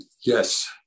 Yes